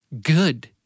good